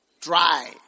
dry